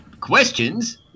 Questions